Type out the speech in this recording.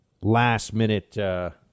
last-minute